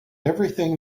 everything